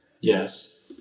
yes